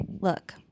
Look